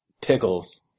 pickles